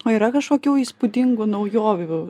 o yra kažkokių įspūdingų naujovių